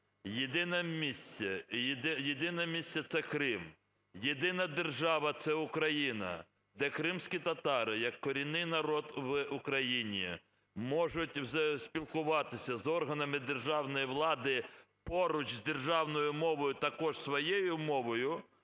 місце…Єдине місце – це Крим, єдина держава – це Україна, де кримські татари як корінний народ в Україні можуть спілкуватися з органами державної влади поруч з державною мовою також своєю мовою.